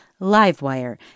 LiveWire